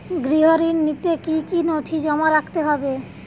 গৃহ ঋণ নিতে কি কি নথি জমা রাখতে হবে?